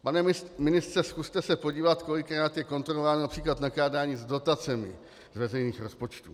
Pane ministře, zkuste se podívat, kolikrát je kontrolováno například nakládání s dotacemi z veřejných rozpočtů.